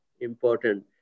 important